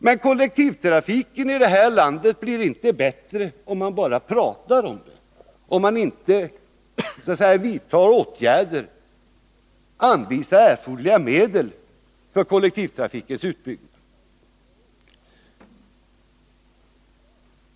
Men kollektivtrafiken i det här landet blir inte bättre om man bara talar om den och inte vidtar åtgärder, anvisar erforderliga medel för kollektivtrafikens utbyggnad.